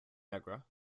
nigra